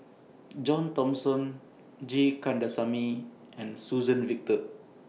John Thomson G Kandasamy and Suzann Victor